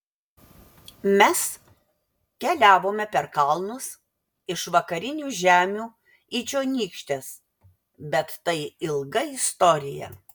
mes keliavome per kalnus iš vakarinių žemių į čionykštes bet tai ilga istorija